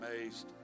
amazed